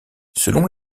selon